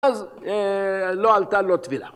אז לא עלתה לו טבילה.